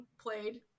played